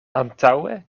antaŭe